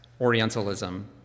Orientalism